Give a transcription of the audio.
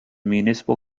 municipal